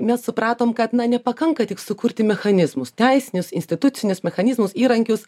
mes supratom kad na nepakanka tik sukurti mechanizmus teisinius institucinius mechanizmus įrankius